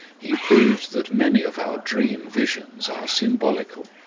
he proved that many of our dream visions are symbolical,